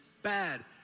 bad